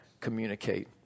communicate